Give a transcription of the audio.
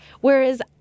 Whereas